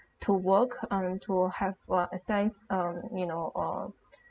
to work and to have uh access um you know uh